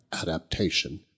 adaptation